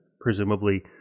presumably